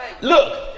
Look